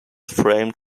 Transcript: framed